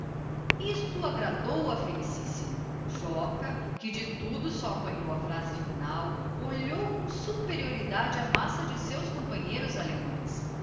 isto agradou a felicissimo joca que de tudo eó apanhou a phrase final olhou com superioridade a massa de seus companheiros allemães